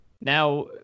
now